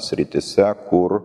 srityse kur